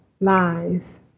lies